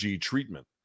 treatment